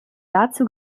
dazu